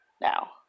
now